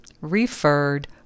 referred